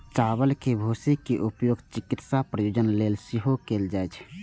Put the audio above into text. चावल के भूसी के उपयोग चिकित्सा प्रयोजन लेल सेहो कैल जाइ छै